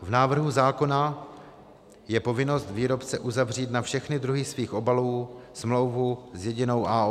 V návrhu zákona je povinnost výrobce uzavřít na všechny druhy svých obalů smlouvu s jedinou AOS.